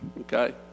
okay